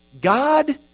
God